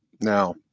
Now